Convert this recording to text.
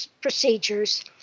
procedures